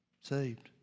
saved